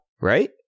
right